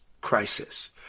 crisis